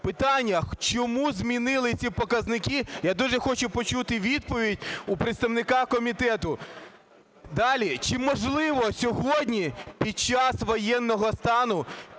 Питання: чому змінили ці показники? Я дуже хочу почути відповідь у представника комітету. Далі. Чи можливо сьогодні, під час воєнного стану,